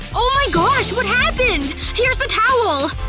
oh my gosh! what happened? here's a towel